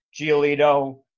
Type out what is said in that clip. Giolito